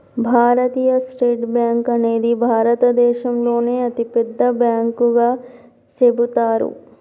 భారతీయ state bank అనేది భారతదేశంలోనే అతిపెద్ద బ్యాంకుగా చెబుతారు